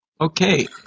Okay